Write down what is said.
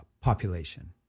population